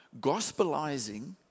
gospelizing